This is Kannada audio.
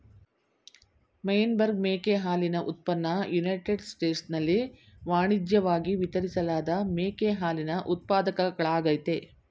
ಮೆಯೆನ್ಬರ್ಗ್ ಮೇಕೆ ಹಾಲಿನ ಉತ್ಪನ್ನ ಯುನೈಟೆಡ್ ಸ್ಟೇಟ್ಸ್ನಲ್ಲಿ ವಾಣಿಜ್ಯಿವಾಗಿ ವಿತರಿಸಲಾದ ಮೇಕೆ ಹಾಲಿನ ಉತ್ಪಾದಕಗಳಾಗಯ್ತೆ